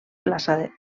plaça